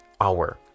hour